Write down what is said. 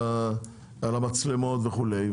על המצלמות וכולי,